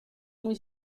muy